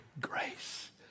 grace